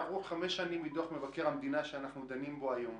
עברו חמש שנים מדוח מבקר המדינה שאנחנו דנים בו היום.